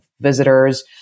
visitors